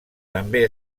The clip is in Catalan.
també